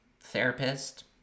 therapist